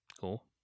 Cool